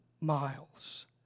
miles